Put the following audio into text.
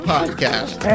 Podcast